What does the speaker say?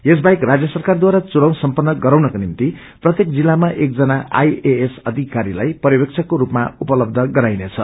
यसबाहेक राज्य सरकारद्वारा घुनाव सम्पन्न गराउनको निम्ति प्रत्येक जिल्लामा एकजना आईएएस अधिकारीलाई प्ववेशकको स्पमा उपलब्ध गराइनेछ